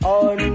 on